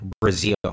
Brazil